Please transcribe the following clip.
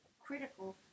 critical